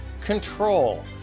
Control